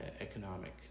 economic